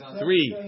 three